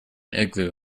igloo